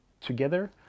together